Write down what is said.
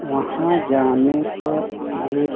वहाँ जाने पर एक